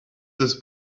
this